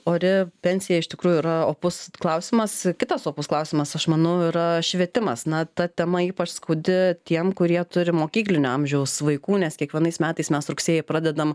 ori pensija iš tikrųjų yra opus klausimas kitas opus klausimas aš manau yra švietimas na ta tema ypač skaudi tiem kurie turi mokyklinio amžiaus vaikų nes kiekvienais metais mes rugsėjį pradedam